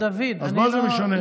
אז מה זה משנה?